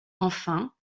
enfin